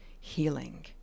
healing